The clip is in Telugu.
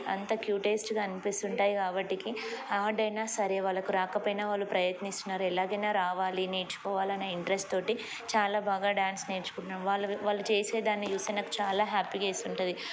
అంత క్యూటేస్ట్గా అనిపిస్తుంటాయి కాబట్టికి ఆడైనా సరే వాళ్ళకి రాకపోయినా వాళ్ళు ప్రయత్నిస్తున్నారు ఎలాగైనా రావాలి నేర్చుకోవాల నా ఇంట్రెస్ట్తోటి చాలా బాగా డ్యాన్స్ నేర్చుకుంటు వాళ్ళు వాళ్ళు చేసే దాన్ని చూస్తే నాకు చాలా హ్యాపీగా ఏస్తుంటది